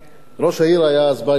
ראש העיר של ערד היה אז בייגה שוחט,